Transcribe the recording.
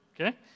okay